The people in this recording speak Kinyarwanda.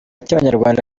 cy’abanyarwanda